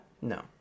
no